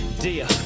dear